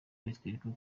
bitwereka